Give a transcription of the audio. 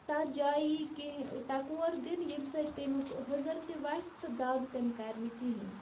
تَتھ جایہِ یی کینٛہہ ٹکور دِنہٕ ییٚمہِ سۭتۍ تَمیُک حٔزٕر تہِ وَسہِ تہٕ دَگ تہِ نہٕ کَرِ نہٕ کِہیٖنۍ